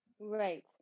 Right